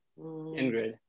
Ingrid